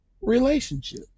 relationship